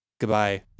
Goodbye